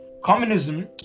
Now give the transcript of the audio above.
Communism